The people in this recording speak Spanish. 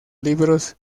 libros